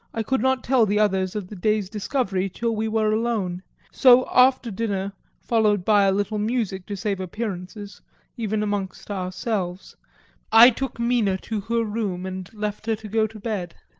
i could not tell the others of the day's discovery till we were alone so after dinner followed by a little music to save appearances even amongst ourselves i took mina to her room and left her to go to bed.